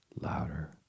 louder